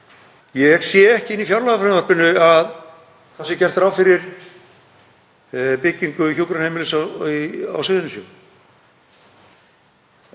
Ég sé ekki í fjárlagafrumvarpinu að það sé gert ráð fyrir byggingu hjúkrunarheimilis á Suðurnesjum.